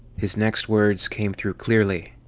his next words came through clearly.